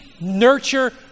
nurture